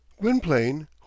Gwynplaine